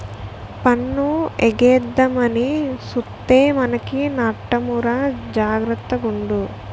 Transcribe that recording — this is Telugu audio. పన్ను ఎగేద్దామని సూత్తే మనకే నట్టమురా జాగర్త గుండు